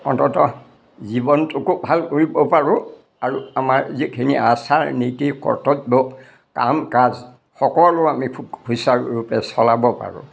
অন্ততঃ জীৱনটোকো ভাল কৰিব পাৰোঁ আৰু আমাৰ যিখিনি আচাৰ নীতি কৰ্তব্য কাম কাজ সকলো আমি খুব সুচাৰুৰূপে চলাব পাৰোঁ